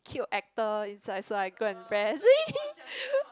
cute actor inside so I go and press